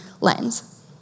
lens